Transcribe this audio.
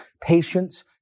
patience